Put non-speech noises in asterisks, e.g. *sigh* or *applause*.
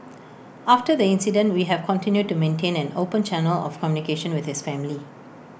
*noise* after the incident we have continued to maintain an open channel of communication with his family